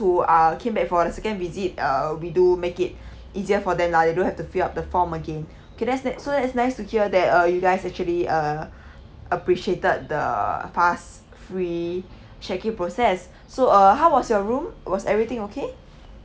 who uh came back for the second visit uh we do make it easier for them lah you don't have to fill up the form again okay that's that so that's nice to hear that uh you guys actually uh appreciated the pass free check in process so uh how was your room was everything okay